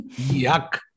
Yuck